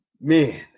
man